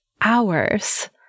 hours